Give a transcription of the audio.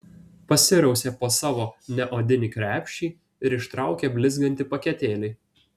pasirausė po savo neodinį krepšį ir ištraukė blizgantį paketėlį